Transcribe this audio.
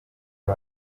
are